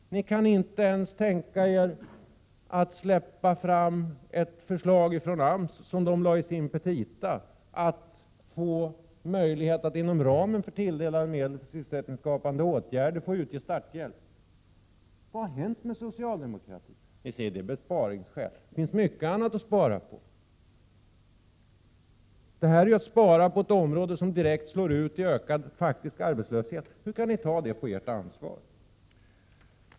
Ni kan inte ens tänka er att släppa fram ett förslag som AMS lade fram i sina petita, att AMS skulle få möjlighet att inom ramen för tilldelade medel till sysselsättningsskapande åtgärder utge starthjälp. Vad har hänt med socialdemokratin? Ni säger att det handlar om besparingsskäl. Det finns mycket annat att spara på! Det här är ju att spara på ett område där åtgärderna direkt slår ut i ökad faktisk arbetslöshet. Hur kan ni ta det på ert ansvar?